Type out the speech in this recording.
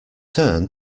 turn